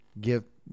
give